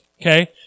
Okay